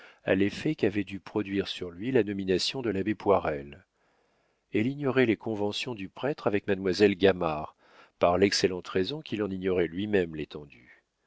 à l'effet qu'avait dû produire sur lui la nomination de l'abbé poirel elle ignorait les conventions du prêtre avec mademoiselle gamard par l'excellente raison qu'il en ignorait lui-même l'étendue